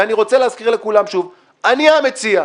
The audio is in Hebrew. ואני רוצה להזכיר לכולם שוב, אני המציע.